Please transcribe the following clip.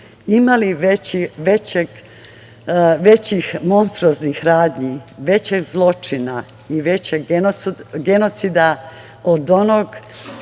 li većih monstruoznih radnji, većih zločina i većeg genocida od onog